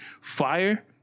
fire